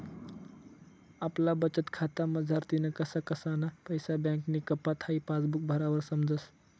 आपला बचतखाता मझारतीन कसा कसाना पैसा बँकनी कापात हाई पासबुक भरावर समजस